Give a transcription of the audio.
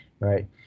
Right